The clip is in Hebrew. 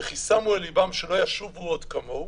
וכי שמו אל לבם שלא ישובו עוד כמוהו,